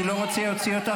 אני לא רוצה להוציא אותך,